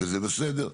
וזה בסדר.